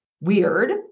weird